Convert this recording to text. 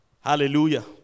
Hallelujah